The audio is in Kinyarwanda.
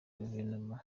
guverinoma